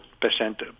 percent